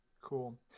Cool